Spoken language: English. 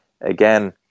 again